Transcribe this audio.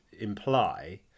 imply